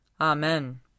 Amen